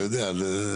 אתה יודע.